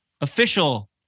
official